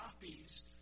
copies